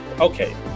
okay